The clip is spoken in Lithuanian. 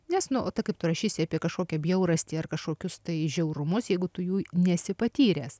nes nu o tai kaip tu rašysi apie kažkokią bjaurastį ar kažkokius tai žiaurumus jeigu tu jų nesi patyręs